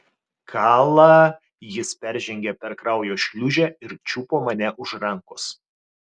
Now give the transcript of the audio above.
kala jis peržengė per kraujo šliūžę ir čiupo mane už rankos